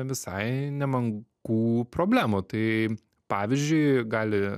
visai nemenkų problemų tai pavyzdžiui gali